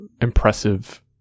impressive